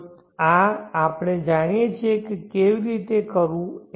તો આ આપણે જાણીએ છીએ કે કેવી રીતે કરવું